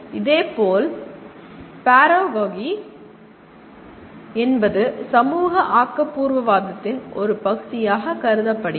இதேபோல் பாராகோஜி என்பது சமூக ஆக்கபூர்வவாதத்தின் ஒரு பகுதியாக கருதப்படுகிறது